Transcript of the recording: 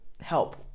help